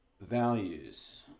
Values